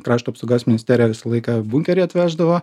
krašto apsaugos ministerija visą laiką bunkerį atveždavo